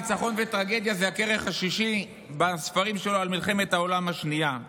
"ניצחון וטרגדיה" זה הכרך השישי בספרים שלו על מלחמת העולם השנייה.